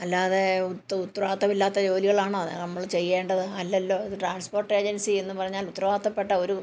അല്ലാതെ ഉത്തരവാദിത്വമില്ലാത്ത ജോലികളാണോ നമ്മൾ ചെയ്യേണ്ടത് അല്ലല്ലോ ഇത് ട്രാൻസ്പോർട്ട് ഏജൻസി എന്ന് പറഞ്ഞാൽ ഉത്തരവാദിത്വപ്പെട്ട ഒരു